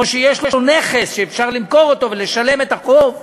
או שיש לו נכס שאפשר למכור אותו ולשלם את החוב.